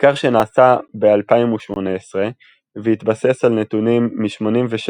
מחקר שנעשה ב-2018 והתבסס על נתונים מ-86